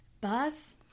Bus